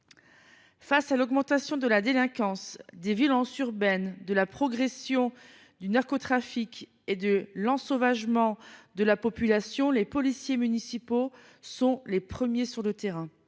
Face à l’augmentation de la délinquance et des violences urbaines, face à la progression du narcotrafic et à l’ensauvagement de la population, les policiers municipaux sont les premiers sur le terrain.